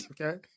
Okay